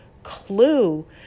clue